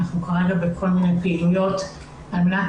אנחנו כרגע בכל מיני פעילויות על-מנת